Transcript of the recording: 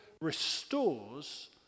restores